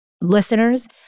listeners